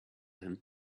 him